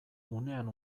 unean